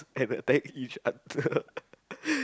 and attack each other ppl